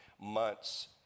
months